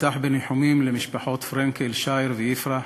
אפתח בניחומים למשפחות פרנקל, שער ויפרח